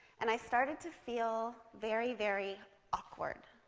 and i started to feel very, very awkward.